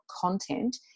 content